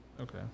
Okay